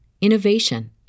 innovation